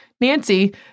Nancy